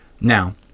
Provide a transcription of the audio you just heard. Now